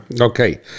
okay